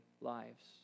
lives